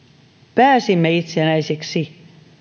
pääsimme itsenäiseksi